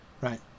right